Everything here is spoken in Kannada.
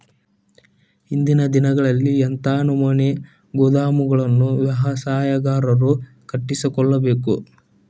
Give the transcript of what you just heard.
ಇಂದಿನ ದಿನಗಳಲ್ಲಿ ಎಂಥ ನಮೂನೆ ಗೋದಾಮುಗಳನ್ನು ವ್ಯವಸಾಯಗಾರರು ಕಟ್ಟಿಸಿಕೊಳ್ಳಬೇಕು?